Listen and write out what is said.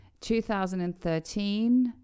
2013